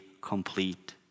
complete